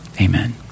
Amen